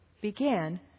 began